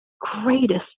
greatest